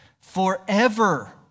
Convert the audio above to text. forever